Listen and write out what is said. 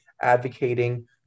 advocating